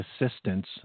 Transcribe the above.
assistance